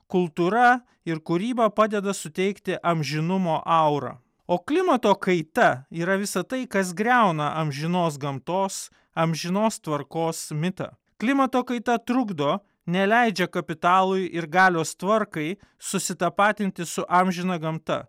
kultūra ir kūryba padeda suteikti amžinumo aurą o klimato kaita yra visa tai kas griauna amžinos gamtos amžinos tvarkos mitą klimato kaita trukdo neleidžia kapitalui ir galios tvarkai susitapatinti su amžina gamta